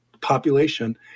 population